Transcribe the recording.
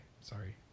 Sorry